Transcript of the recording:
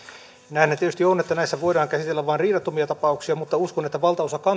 näinhän tietysti on että näissä voidaan käsitellä vain riidattomia tapauksia mutta uskon että valtaosa